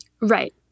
Right